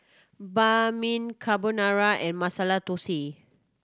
Banh Mi Carbonara and Masala Dosa